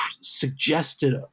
suggested